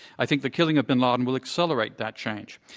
i think the killing of bin laden will accelerate that change.